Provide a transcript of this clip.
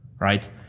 Right